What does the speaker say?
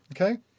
Okay